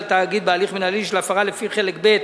תאגיד בהליך מינהלי של הפרה לפי חלק ב'